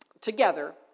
together